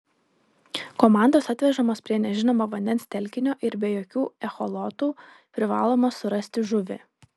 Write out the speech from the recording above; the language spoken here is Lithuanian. komandos atvežamos prie nežinomo vandens telkinio ir be jokių echolotų privaloma surasti žuvį